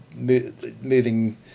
moving